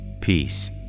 peace